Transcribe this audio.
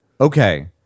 Okay